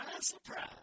surprise